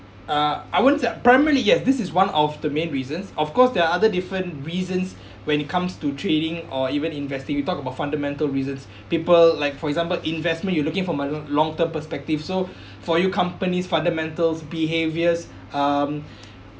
uh I wouldn't say primarily yes this is one of the main reasons of course there are other different reasons when it comes to trading or even investing we talk about fundamental reasons people like for example investment you looking for long term perspective so for you companies' fundamentals behaviours um